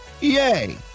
Yay